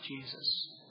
Jesus